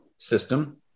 System